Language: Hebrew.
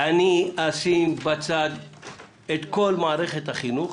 אני אשים בצד את כל מערכת החינוך